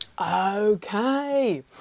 okay